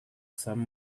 some